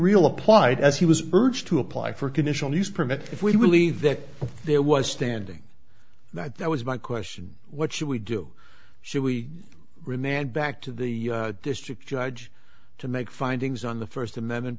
riehl applied as he was urged to apply for a conditional use permit if we believe that there was standing that that was my question what should we do so we remand back to the district judge to make findings on the first amendment